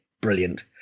brilliant